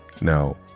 Now